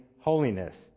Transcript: holiness